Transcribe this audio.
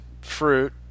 fruit